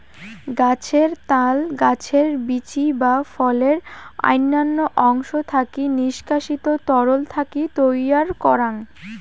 গছের ত্যাল, গছের বীচি বা ফলের অইন্যান্য অংশ থাকি নিষ্কাশিত তরল থাকি তৈয়ার করাং